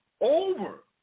over